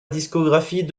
discographie